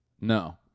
No